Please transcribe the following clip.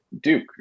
Duke